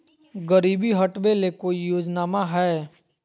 गरीबी हटबे ले कोई योजनामा हय?